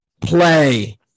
Play